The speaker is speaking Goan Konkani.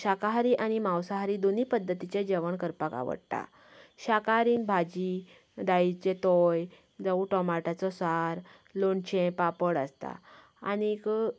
शाकाहारी आनी मांसाहारी दोनीय पध्दतीचे जेवण करपाक आवडटा शाकाहारीन भाजी दाळीचे तोय जावूं टोमाटाचो सार लोणचे पापड आसता आनीक